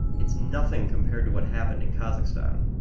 it's nothing compared to what happened in kazakhstan.